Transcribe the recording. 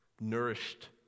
nourished